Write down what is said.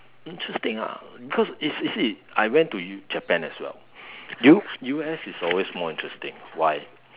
interesting lah because you see see I went to Japan as well U U_S is always more interesting why